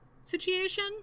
situation